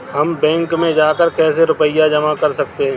हम बैंक में जाकर कैसे रुपया जमा कर सकते हैं?